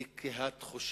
היא קהת חושים.